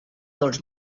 dolç